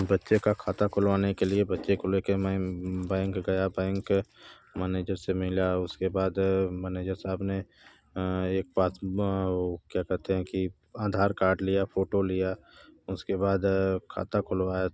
बच्चे का खाता खुलवाने के लिए बच्चे को ले के मैं बैंक गया बैंक मनेजर से मिला उसके बाद मनेजर साहब ने एक पास वो क्या कहते हैं कि आधार कार्ड लिया फ़ोटो लिया उसके बाद खाता खुलवाया